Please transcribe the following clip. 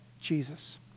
Jesus